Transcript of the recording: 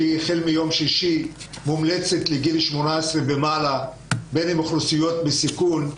והחל מיום שישי היא מומלצת מגיל 18 ומעלה לאוכלוסיות בסיכון,